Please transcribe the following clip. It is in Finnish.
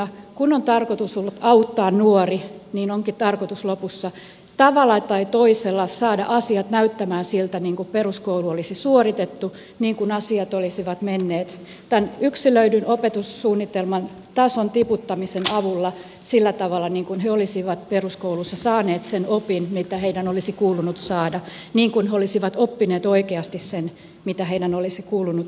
kun on tarkoitus ollut auttaa nuorta onkin tarkoitus lopussa tavalla tai toisella saada asiat näyttämään siltä niin kuin peruskoulu olisi suoritettu niin kuin asiat olisivat menneet tämän yksilöidyn opetussuunnitelman tason tiputtamisen avulla sillä tavalla niin kuin he olisivat peruskoulussa saaneet sen opin mitä heidän olisi kuulunut saada niin kuin he olisivat oppineet oikeasti sen mitä heidän olisi kuulunut oppia